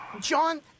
John